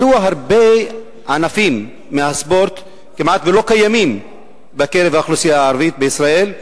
מדוע הרבה ענפים מהספורט כמעט לא קיימים בקרב האוכלוסייה הערבית בישראל,